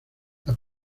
las